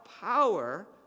power